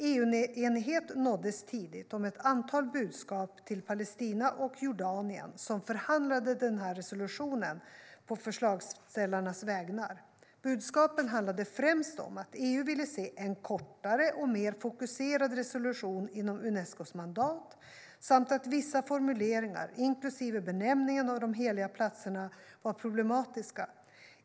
EU-enighet nåddes tidigt om ett antal budskap till Palestina och Jordanien, som förhandlade den här resolutionen på förslagsställarnas vägnar. Budskapen handlade främst om att EU ville se en kortare och mer fokuserad resolution inom Unescos mandat samt att vissa formuleringar, inklusive benämningen av de heliga platserna, var problematiska.